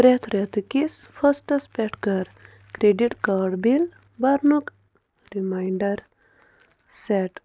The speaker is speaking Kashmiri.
پرٛٮ۪تھ رٮ۪تہٕ کِس فٕسٹَس پٮ۪ٹھ کَر کرٛؠڈِٹ کاڈ بِل برنُک رِماینٛڈَر سؠٹ